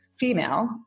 female